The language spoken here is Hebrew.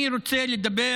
אני רוצה לדבר